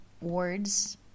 words